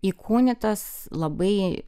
įkūnytas labai